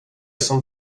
som